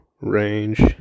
range